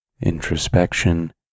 introspection